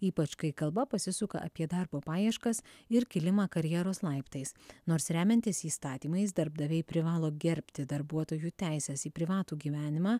ypač kai kalba pasisuka apie darbo paieškas ir kilimą karjeros laiptais nors remiantis įstatymais darbdaviai privalo gerbti darbuotojų teises į privatų gyvenimą